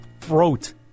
throat